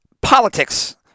politics